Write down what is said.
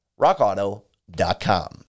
RockAuto.com